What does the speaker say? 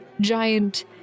giant